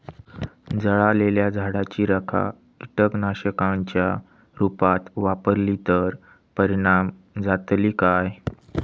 जळालेल्या झाडाची रखा कीटकनाशकांच्या रुपात वापरली तर परिणाम जातली काय?